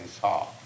saw